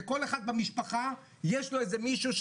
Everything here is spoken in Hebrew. שלכל אחד במשפחה יש איזה מישהו,